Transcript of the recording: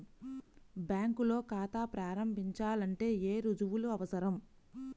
బ్యాంకులో ఖాతా ప్రారంభించాలంటే ఏ రుజువులు అవసరం?